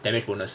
damage bonus